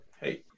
hey